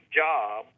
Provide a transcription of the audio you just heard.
job